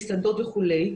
מסעדות וכולי.